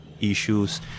issues